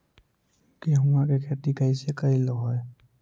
गेहूआ के खेती कैसे कैलहो हे?